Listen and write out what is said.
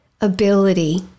ability